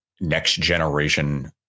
next-generation